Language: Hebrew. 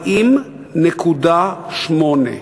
ל-40.8%.